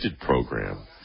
program